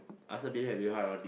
ask her a bit a bit hard only